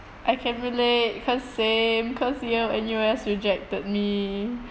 I can relate because same because yo N_U_S rejected me